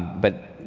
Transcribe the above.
but,